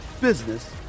business